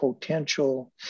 potential